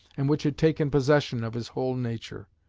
and which had taken possession of his whole nature.